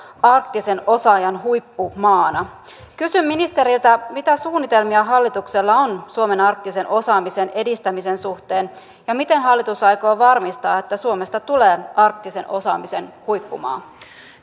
arktisen osaajan huippumaana kysyn ministeriltä mitä suunnitelmia hallituksella on suomen arktisen osaamisen edistämisen suhteen ja miten hallitus aikoo varmistaa että suomesta tulee arktisen osaamisen huippumaa